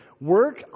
Work